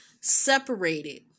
separated